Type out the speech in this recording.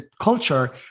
culture